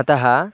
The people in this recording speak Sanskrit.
अतः